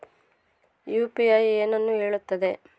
UPI ಏನನ್ನು ಹೇಳುತ್ತದೆ?